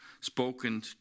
spoken